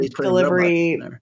delivery